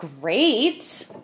Great